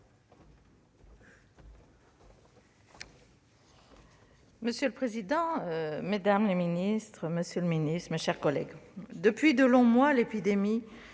Monsieur le président, mesdames, messieurs les ministres, mes chers collègues, depuis de longs mois, l'épidémie